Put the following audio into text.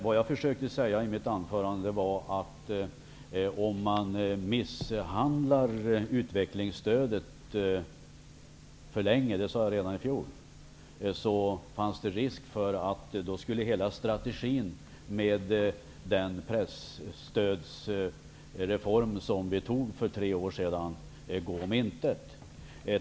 Vad jag försökte säga i mitt anförande var att om man misshandlar utvecklingsstödet för länge -- det sade jag redan i fjol -- finns det risk för att hela strategin med den presstödsreform som vi genomförde för tre år sedan går om intet.